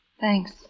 Thanks